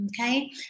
okay